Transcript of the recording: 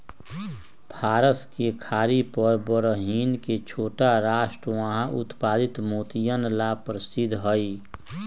फारस के खाड़ी पर बहरीन के छोटा राष्ट्र वहां उत्पादित मोतियन ला प्रसिद्ध हई